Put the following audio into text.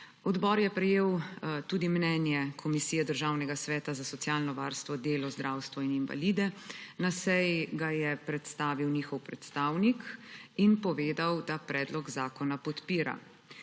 Odbor je prejel tudi mnenje Komisije Državnega sveta za socialno varstvo, delo, zdravstvo in invalide. Na seji ga je predstavil njihov predstavnik in povedal, da predlog zakona podpira.